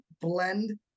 blend